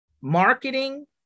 marketing